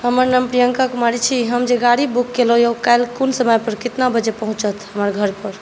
हमर नाम प्रियंका कुमारी छी हम जे गाड़ी बुक कएलहुॅं यऽ ओ काल्हि क़ोन समय पर कितना बजे पहुँचत हमरा घर पर